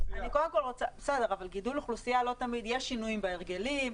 אבל גידול אוכלוסייה לא תמיד --- יש שינויים בהרגלים,